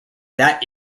that